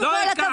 עם כל הכבוד,